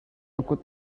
kut